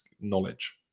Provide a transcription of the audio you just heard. knowledge